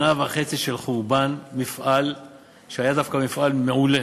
שנה וחצי של חורבן מפעל שהיה דווקא מפעל מעולה,